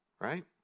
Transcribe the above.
right